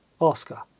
oscar